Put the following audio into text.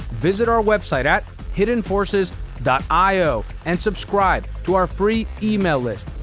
visit our website at hiddenforces io and subscribe to our free email list.